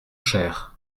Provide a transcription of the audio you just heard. chers